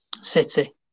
City